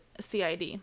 CID